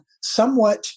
somewhat